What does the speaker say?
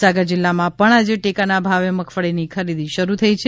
મહિસાગર જીલ્લામાં પણ આજે ટેકાના ભાવે મગફળીની ખરીદી શરૂ થઇ છે